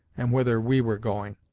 and whither we were going.